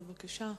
בבקשה.